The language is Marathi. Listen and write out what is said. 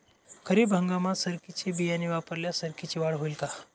खरीप हंगामात सरकीचे बियाणे वापरल्यास सरकीची वाढ होईल का?